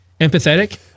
empathetic